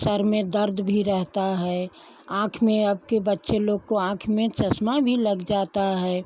सिर में दर्द भी रहता हैं आँख में अब के बच्चे लोग को आँख में चश्मा भी लग जाता है